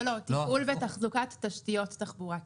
לא, תפעול ותחזוקת תשתיות תחבורה ציבורית.